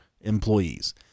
employees